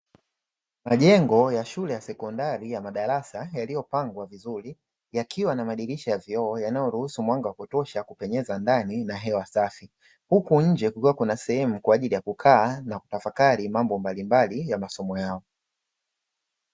Majengo ya shule ya sekondari ya madarasa yaliyopangwa vizuri, yakiwa na madirisha ya vioo yanayoruhusu mwanga wa kutosha kupenyeza na hewa safi. Huku nje kukiwa kuna sehemu kwa ajili ya kukaa na kutafakari mambo mbalimbali ya masomo yao.